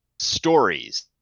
stories